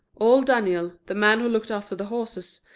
old daniel, the man who looked after the horses,